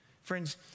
Friends